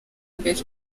imbere